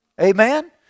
Amen